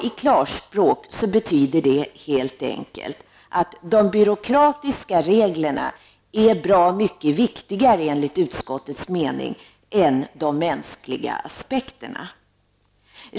I klarspråk betyder det helt enkelt att de byråkratiska reglerna är bra mycket viktigare enligt utskottets mening än de mänskliga aspekterna.